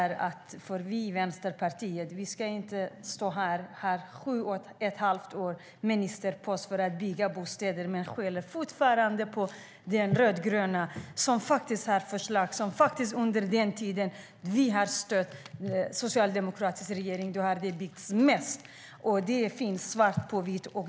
Ni har haft sju och ett halvt år på er att bygga bostäder, men ni skyller fortfarande på de rödgröna partierna. Under den tid som vi stödde den socialdemokratiska regeringen har det faktiskt byggts mest. Det finns svart på vitt.